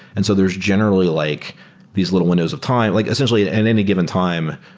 and so there's generally like these little windows of time. like essentially, at and any given time,